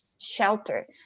shelter